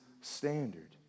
standard